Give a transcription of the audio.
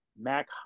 Mac